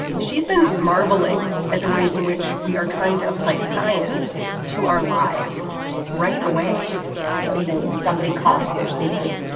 she's been marveling at the ways in which we are trying to apply science to our lives right away so, you know, somebody coughs and sneezes.